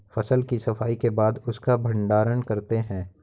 फसल की सफाई के बाद उसका भण्डारण करते हैं